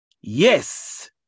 Yes